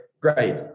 great